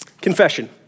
Confession